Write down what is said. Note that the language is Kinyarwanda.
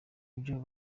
byo